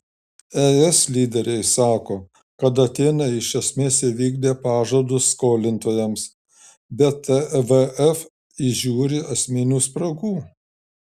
es lyderiai sako kad atėnai iš esmės įvykdė pažadus skolintojams bet tvf įžiūri esminių spragų